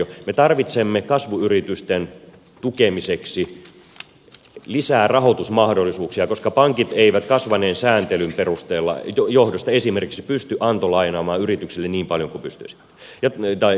me tarvitsemme kasvuyritysten tukemiseksi lisää rahoitusmahdollisuuksia koska pankit eivät kasvaneen sääntelyn johdosta esimerkiksi pysty antolainaamaan yrityksille niin paljon kuin tarvetta on